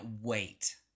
wait